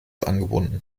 angebunden